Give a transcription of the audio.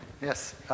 Yes